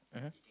mmhmm